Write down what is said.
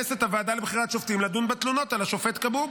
לכנס את הוועדה לבחירת שופטים לדון בתלונות על השופט כבוב.